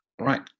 right